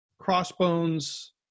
Crossbone's